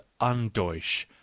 undeutsch